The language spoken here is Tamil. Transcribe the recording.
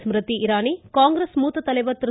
ஸ்மிருதி இராணி காங்கிரஸ் மூத்த தலைவர் திரு